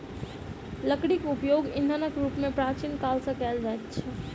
लकड़ीक उपयोग ईंधनक रूप मे प्राचीन काल सॅ कएल जाइत अछि